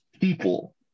people